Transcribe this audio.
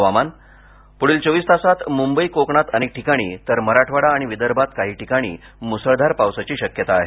हवामान पुढील चोवीस तासात मुंबई कोकणात अनेक ठिकाणी तर मराठवाडा आणि विदर्भात काही ठिकाणी मुसळधार पावसाची शक्यता आहे